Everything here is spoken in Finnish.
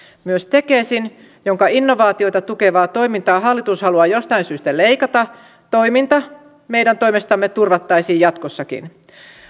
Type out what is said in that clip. myös tekesin jonka innovaatioita tukevaa toimintaa hallitus haluaa jostain syystä leikata toiminta meidän toimestamme turvattaisiin jatkossakin